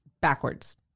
backwards